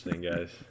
guys